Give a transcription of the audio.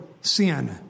sin